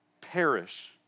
perish